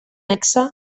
nexe